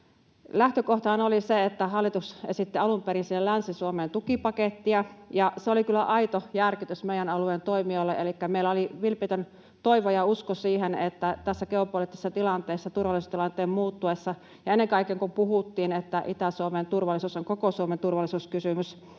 Lähtökohtahan oli se, että hallitus esitti alun perin sinne Länsi-Suomeen tukipakettia, ja se oli kyllä aito järkytys meidän alueen toimijoille. Elikkä meillä oli vilpitön toivo ja usko siihen, että tässä geopoliittisessa tilanteessa, turvallisuustilanteen muuttuessa, ja kun ennen kaikkea puhuttiin, että Itä-Suomen turvallisuus ja ennen kaikkea